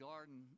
Garden